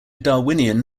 darwinian